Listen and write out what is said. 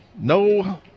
no